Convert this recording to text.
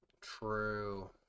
True